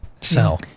Sell